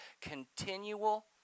Continual